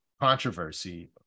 controversy